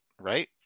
right